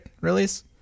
Release